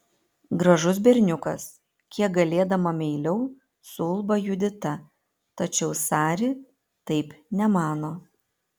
gražus berniukas kiek galėdama meiliau suulba judita tačiau sari taip nemano